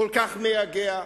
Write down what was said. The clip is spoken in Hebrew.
כל כך מייגע,